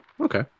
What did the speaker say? okay